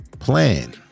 Plan